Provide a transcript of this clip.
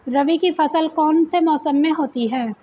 रबी की फसल कौन से मौसम में होती है?